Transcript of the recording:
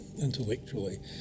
intellectually